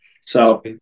So-